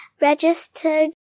registered